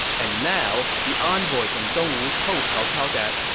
and now, the envoy from dongwu told cao cao that,